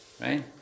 Right